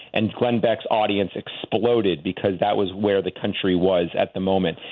and glenn beck's audience exploded because that was where the country was at the moment.